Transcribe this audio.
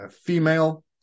female